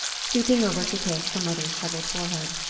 stooping over to kiss her mother's troubled forehead.